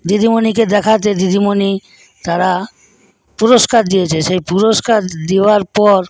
দিদিমণিকে দেখাতে দিদিমণি তারা পুরস্কার দিয়েছে সেই পুরস্কার দেওয়ার পর